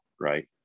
right